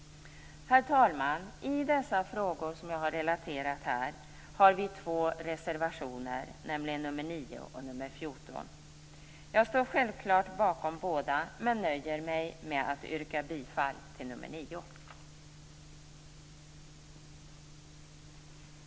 Herr talman! I dessa frågor som jag här har relaterat har vi två reservationer, nr 9 och 14. Jag står självklart bakom båda dessa men nöjer mig med att yrka bifall till reservation 9.